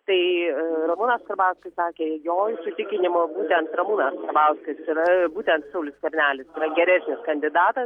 tai ramūnas karbauskis sakė jo įsitikinimu būtent ramūna karbauskis ir būtent saulius skvernelis yra geresnis kandidatas